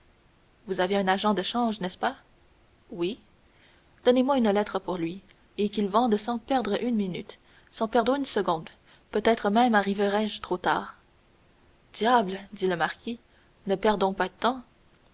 vous avez un agent de change n'est-ce pas oui donnez-moi une lettre pour lui et qu'il vende sans perdre une minute sans perdre une seconde peut-être même arriverai je trop tard diable dit le marquis ne perdons pas de temps